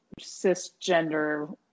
cisgender